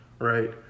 Right